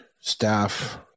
staff